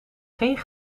geen